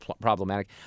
problematic